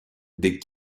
des